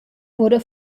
wurde